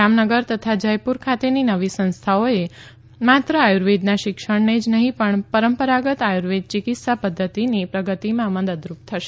જામનગર તથા જયપુર ખાતેની નવી સંસ્થાઓ એ માત્ર આર્યુર્વેદનાં શિક્ષણને જ નહિં પણ આ પરંપરાગત આર્યુર્વેદ ચિકિત્સા પધ્ધતિની પ્રગતિમાં મદદરૂપ થશે